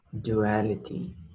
duality